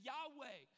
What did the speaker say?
Yahweh